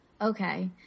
Okay